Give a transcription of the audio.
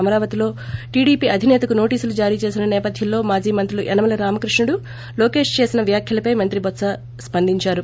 అమరావతిలో టీడీపీ అధిసేతకు నోటీసులు జారీ చేసిన సేపథ్యంలో మాజీ మంత్రులు యనమల రామకృష్ణుడు లోకేశ్ చేసిన వ్యాఖ్యలపై మంత్రి బొత్స సత్యనారాయణ స్పందించారు